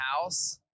house